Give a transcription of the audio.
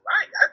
Right